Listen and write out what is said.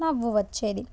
నవ్వు వచ్చేది